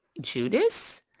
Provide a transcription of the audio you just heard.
Judas